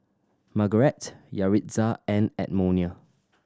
Margarett Yaritza and Edmonia